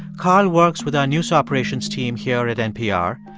carl works with our news operations team here at npr.